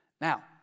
Now